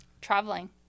traveling